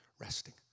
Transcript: resting